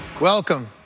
welcome